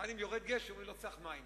ואז אם יורד גשם, לא צריך מים.